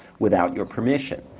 without your permission.